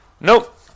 nope